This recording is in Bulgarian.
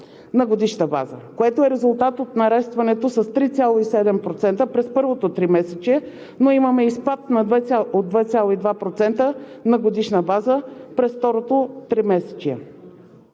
на годишна база, което е резултат от нарастването с 3,7% през първото тримесечие, но имаме и спад от 2,2% на годишна база през второто тримесечие.